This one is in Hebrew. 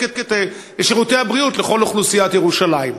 את שירותי הבריאות לכל אוכלוסיית ירושלים.